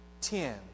Ten